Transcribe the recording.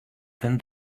then